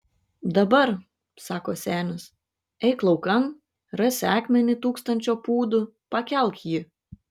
dabar sako senis eik laukan rasi akmenį tūkstančio pūdų pakelk jį